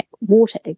water